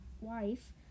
wife